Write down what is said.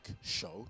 show